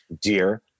dear